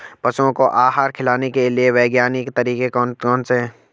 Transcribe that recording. पशुओं को आहार खिलाने के लिए वैज्ञानिक तरीके कौन कौन से हैं?